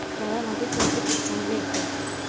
काळ्या मातीत कोणते पीक चांगले येते?